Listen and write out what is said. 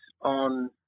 on